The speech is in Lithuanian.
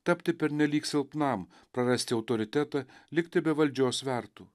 tapti pernelyg silpnam prarasti autoritetą likti be valdžios svertų